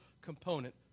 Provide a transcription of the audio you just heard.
component